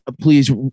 Please